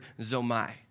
zomai